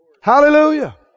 Hallelujah